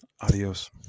Adios